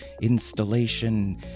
installation